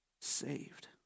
saved